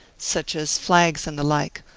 such as flags and the like,